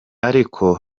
ariko